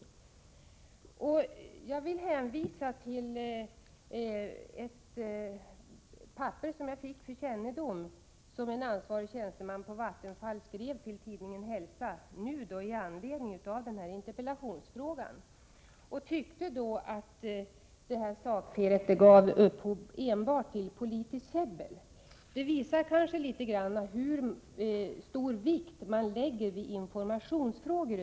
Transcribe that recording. Jag vill hänvisa till ett papper som jag fått för kännedom och som visar att en ansvarig tjänsteman på Vattenfall skrivit till tidningen Hälsa med anledning av min interpellation. Han tyckte att sakfelet enbart givit upphov till politiskt käbbel. Detta visar hur stor vikt man lägger vid informationsfrågor.